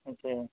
ओतैमे